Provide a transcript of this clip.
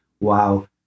wow